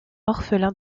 orphelins